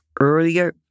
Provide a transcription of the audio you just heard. earlier